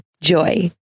Joy